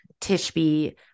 Tishby